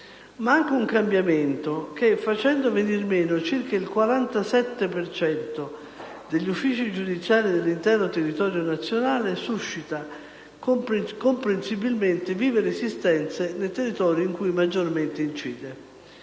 anche di un cambiamento che, facendo venir meno circa il 47 per cento degli uffici giudiziari dell'intero territorio nazionale, suscita, comprensibilmente, vive resistenze nei territori in cui maggiormente incide.